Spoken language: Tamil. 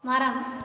மரம்